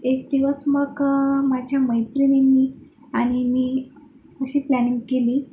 एक दिवस मग माझ्या मैत्रिणीनी आणि मी अशी प्लॅनिंग केली